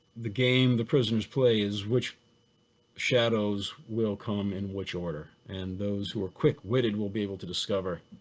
the game the prisoners play is which shadows will come in which order. and those who are quick witted, will be able to discover,